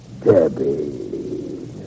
Debbie